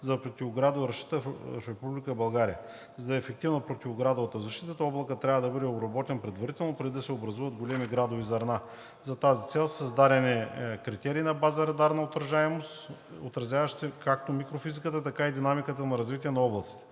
за противоградовата защита в Република България. За да е ефективна противоградовата защита, облакът трябва да бъде обработен предварително, преди да се образуват големи градови зърна. За тази цел са създадени критерии на база радарна отражаемост, отразяващи както микрофизиката, така и динамиката на развитие на облаците.